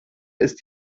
ist